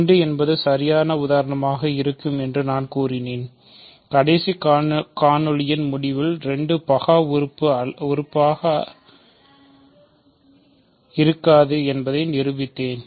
2 என்பது சரியான உதாரணமாக இருக்கும் என்று நான் கூறினேன் கடைசி காணொளியின் முடிவில் 2 பகா உறுப்பாக அல்ல என்பதை நிரூபித்தேன்